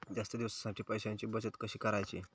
जास्त दिवसांसाठी पैशांची बचत कशी करायची?